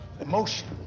emotion